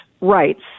rights